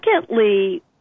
Secondly